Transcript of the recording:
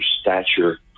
stature